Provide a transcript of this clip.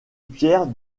pierre